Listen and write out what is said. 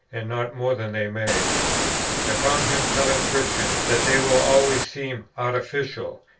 and not more than they may i found him telling christians that they will always seem artificial,